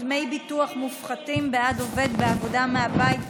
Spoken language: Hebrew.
דמי ביטוח מופחתים בעד עובד בעבודה מהבית),